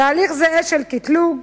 תהליך זהה של קטלוג,